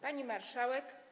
Pani Marszałek!